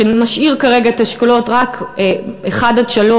שמשאיר כרגע רק את האשכולות 1 3,